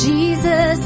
Jesus